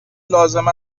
لازم